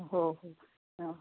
हो हो हो